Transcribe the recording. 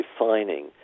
defining